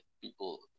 people